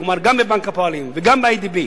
כלומר גם בבנק הפועלים וגם ב"איי.די.בי",